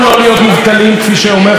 כפי שאומר חבר הכנסת כבל,